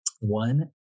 one